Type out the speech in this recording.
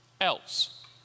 else